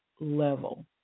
level